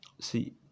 see